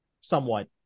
somewhat